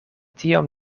tiom